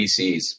PCs